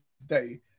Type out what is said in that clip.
today